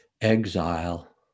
exile